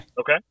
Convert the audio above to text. Okay